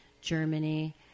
Germany